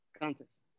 context